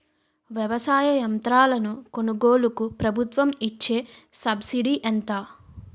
వ్యవసాయ యంత్రాలను కొనుగోలుకు ప్రభుత్వం ఇచ్చే సబ్సిడీ ఎంత?